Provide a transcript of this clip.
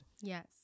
Yes